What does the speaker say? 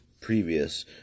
previous